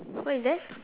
what is that